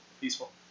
Peaceful